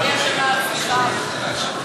אני אשמה, סליחה.